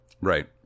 Right